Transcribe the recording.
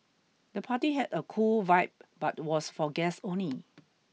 the party had a cool vibe but was for guests only